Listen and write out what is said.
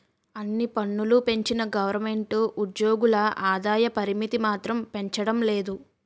అన్ని పన్నులూ పెంచిన గవరమెంటు ఉజ్జోగుల ఆదాయ పరిమితి మాత్రం పెంచడం లేదు